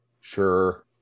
Sure